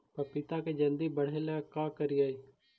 पपिता के जल्दी बढ़े ल का करिअई?